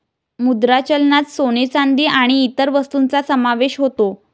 मुद्रा चलनात सोने, चांदी आणि इतर वस्तूंचा समावेश होतो